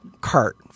cart